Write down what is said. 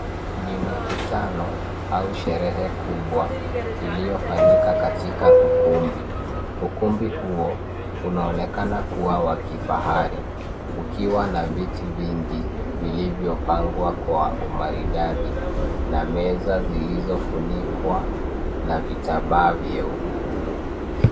Ni mkutano au sherehe kubwa iliyofanyika katika ukumbi, ukumbi huo unaonekana kuwa wa kifahari ukiwa na viti vingi vilivyopangwa kwa umaridadi na meza zilizofunikwa na vitambaa vyeupe.